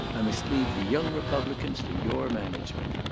i must leave the young republicans to your management.